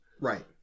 Right